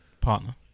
partner